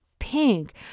pink